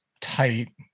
tight